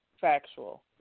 factual